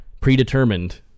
predetermined